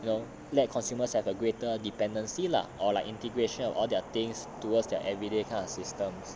you know let consumers have a greater dependency lah or like integration of all their things towards their everyday kind of systems